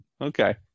okay